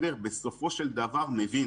בסופו של דבר מבין